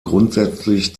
grundsätzlich